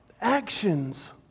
actions